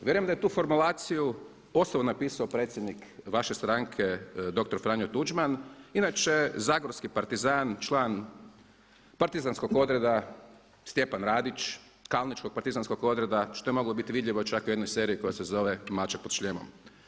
Vjerujem da je tu formulaciju osobno napisao predsjednik vaše stranke dr. Franjo Tuđman, inače zagorski partizan, član partizanskog odreda Stjepan Radić, kalničkog partizanskog odreda što je moglo biti vidljivo čak i u jednoj seriji koja se zove Mačak pod šljemom.